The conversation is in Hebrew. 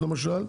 למשל,